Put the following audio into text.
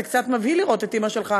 זה קצת מבהיל לראות את אימא שלך